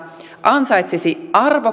ansaitsisi arvokkaan